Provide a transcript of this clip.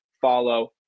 follow